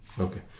Okay